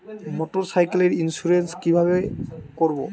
মোটরসাইকেলের ইন্সুরেন্স কিভাবে করব?